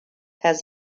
has